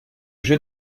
jeu